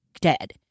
dead